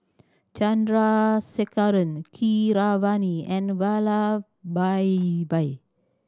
Chandrasekaran Keeravani and Vallabhbhai